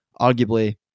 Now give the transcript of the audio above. arguably